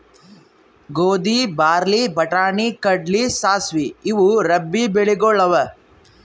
ಗೋಧಿ, ಬಾರ್ಲಿ, ಬಟಾಣಿ, ಕಡ್ಲಿ, ಸಾಸ್ವಿ ಇವು ರಬ್ಬೀ ಬೆಳಿಗೊಳ್ ಅವಾ